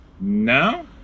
No